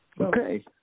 Okay